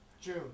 June